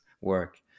work